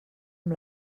amb